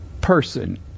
person